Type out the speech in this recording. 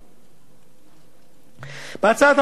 בהצעת החוק מוצע עוד כי תקנות לעניין היוון